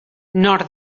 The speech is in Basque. nor